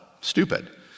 stupid